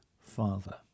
Father